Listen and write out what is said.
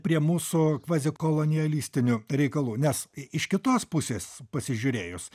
prie mūsų kvazikolonialistinių reikalų nes iš kitos pusės pasižiūrėjus